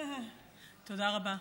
תודה רבה.